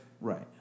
Right